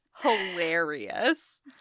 hilarious